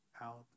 out